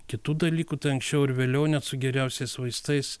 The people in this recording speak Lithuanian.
kitų dalykų anksčiau ar vėliau net su geriausiais vaistais